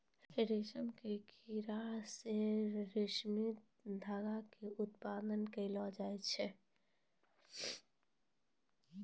रेशम के कीड़ा से रेशमी तागा के उत्पादन करलो जाय छै